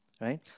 Right